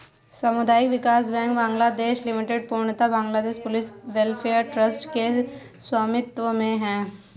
सामुदायिक विकास bank Bangladesh limited पूर्णतः बांग्लादेश पुलिस वेलफेयर ट्रस्ट के स्वामित्व में है